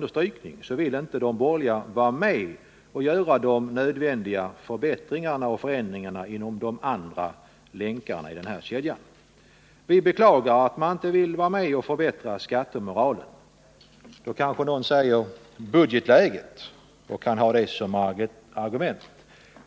detta ord — så vill de borgerliga inte vara med och göra de nödvändiga förbättringarna och förändringarna inom andra länkar i kedjan. Vi beklagar att man inte vill vara med och förbättra skattemoralen. Man kanske då hänvisar till budgetläget och har det såsom argument.